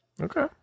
Okay